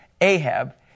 Ahab